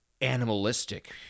animalistic